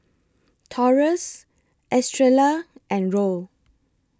Taurus Estrella and Roll